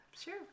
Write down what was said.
Sure